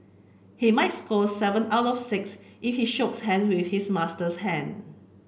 he might score seven out of six if he shook hand with his master hand